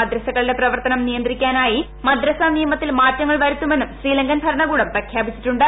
മദ്രസകളുടെ പ്രവർത്തനം നിയന്ത്രി ക്കാനായി മദ്രസാ നിയമത്തിൽ മാറ്റങ്ങൾ വരുത്തുമെന്നും ശ്രീലങ്കൻ ഭരണകൂടം പ്രഖ്യാപിച്ചിട്ടുണ്ട്